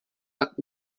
tak